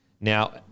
Now